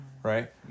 Right